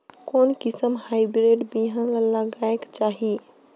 कोन किसम हाईब्रिड बिहान ला लगायेक चाही?